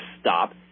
stop